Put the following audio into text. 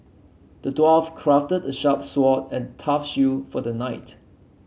the dwarf crafted a sharp sword and tough shield for the knight